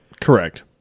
Correct